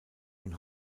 und